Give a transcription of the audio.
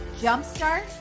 jumpstart